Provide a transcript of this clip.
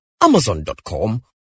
amazon.com